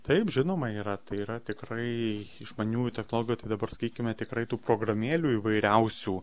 taip žinoma yra tai yra tikrai išmaniųjų technologijų tai dabar sakykime tikrai tų programėlių įvairiausių